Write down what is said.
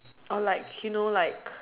or like you know like